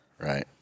Right